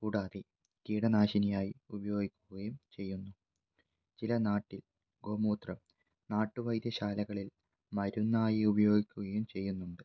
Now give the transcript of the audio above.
കൂടാതെ കീടനാശിനിയായി ഉപയോഗിക്കുകയും ചെയ്യുന്നു ചില നാട്ടിൽ ഗോമൂത്രം നാട്ട് വൈദ്യശാലകളിൽ മരുന്നായി ഉപയോഗിക്കുകയും ചെയ്യുന്നുണ്ട്